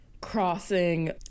crossing